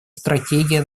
стратегия